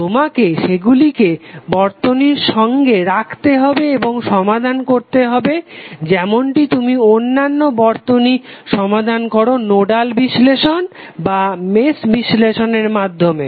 তোমাকে সেগুলিকে বর্তনীর সঙ্গে রাখতে হবে এবং সমাধান করতে হবে যেমনটি তুমি অন্যান্য বর্তনী সমাধান করো নোডাল বিশ্লেষণ বা মেশ বিশ্লেষণ এর মাধ্যমে